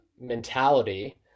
mentality